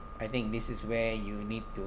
I think this is where you need to